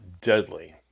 deadly